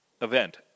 event